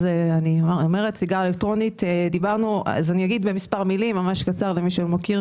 סיגריה אלקטרונית אני אומר במילים קצרות למי שלא מכיר